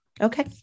Okay